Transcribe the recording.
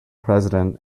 president